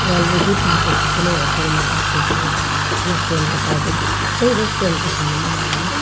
त्यो अलरेडी पाकेको कुनै होटेलमा पाकेको रेस्टुरेन्टमा पाकेको जुन चाहिँ रेस्टुरेन्टको खानु मन लाग्यो